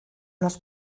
las